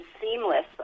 seamless